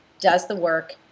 does the work,